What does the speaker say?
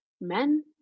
men